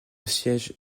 siège